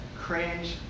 cringe